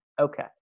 Okay